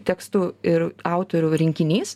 tekstų ir autorių rinkinys